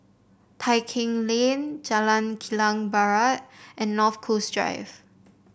Tai Keng Lane Jalan Kilang Barat and North Coast Drive